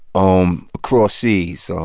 um across seas. so